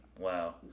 Wow